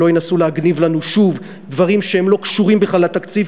שלא ינסו להגניב לנו שוב דברים שהם לא קשורים בכלל לתקציב,